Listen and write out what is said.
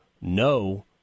no